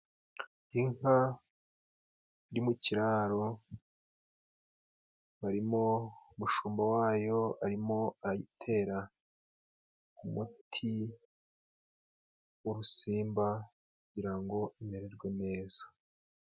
Inka iri mu kiraro harimo umushumba wayo arimo arayitera umuti w'urusimba, kugira ngo imererwe neza.